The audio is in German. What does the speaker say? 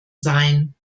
sayn